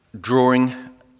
drawing